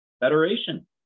federation